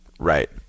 Right